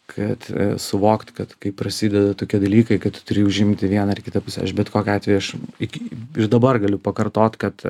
kad suvokt kad kai prasideda tokie dalykai kad tu turi užimti vieną ar kitą pusę aš bet kokiu atveju aš iki dabar galiu pakartot kad